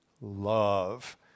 love